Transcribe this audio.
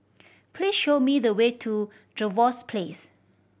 please show me the way to Trevose Place